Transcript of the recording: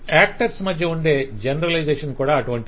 actors మధ్య ఉండే generalisation కూడా అటువంటిదే